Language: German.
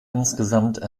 insgesamt